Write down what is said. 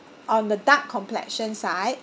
on the dark complexion side